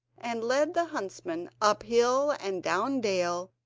and led the huntsman up hill and down dale,